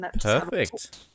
Perfect